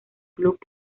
club